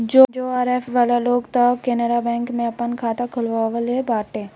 JRF वाला लोग तअ केनरा बैंक में आपन खाता खोलववले बाटे